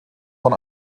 von